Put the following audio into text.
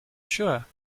sure